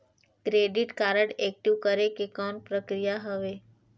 Credit card active करे के कौन प्रक्रिया हवे?